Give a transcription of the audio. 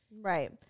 Right